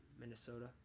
Minnesota